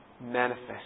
Manifest